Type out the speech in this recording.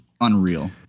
unreal